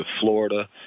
Florida